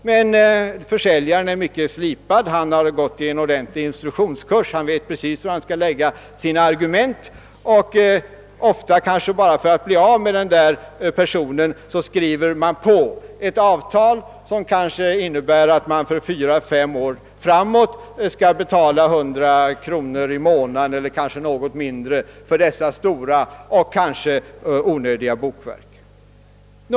Men försäljaren är mycket slipad — han har gått i en ordentlig instruktionskurs, och vet precis hur han skall framlägga sina argument — och ofta händer det att man bara för att bli av med honom skriver på ett avtal som kan innebära att man för fyra, fem år framåt skall betala 100 kronor i månaden eller något mindre för ett stort och kanske onödigt bokverk.